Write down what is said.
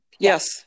Yes